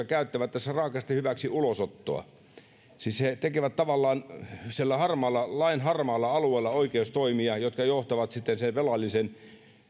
käyttävät tässä raakasti hyväksi ulosottoa siis he tekevät tavallaan lain harmaalla alueella oikeustoimia jotka johtavat sitten sen velallisen